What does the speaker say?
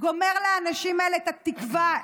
גומר לאנשים האלו את התקווה,